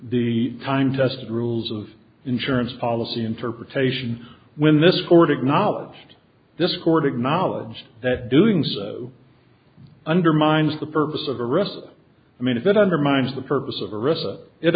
the time tested rules of insurance policy interpretation when this court acknowledged this court acknowledged that doing so undermines the purpose of a recess i mean if it undermines the purpose of a risk that it